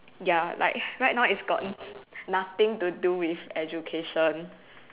ya like right now it's got nothing to do with education